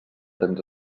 temps